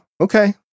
okay